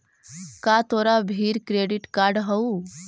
का तोरा भीर क्रेडिट कार्ड हउ?